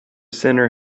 sinner